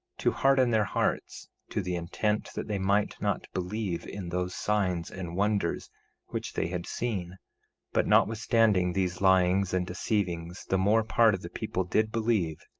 to harden their hearts, to the intent that they might not believe in those signs and wonders which they had seen but notwithstanding these lyings and deceivings the more part of the people did believe,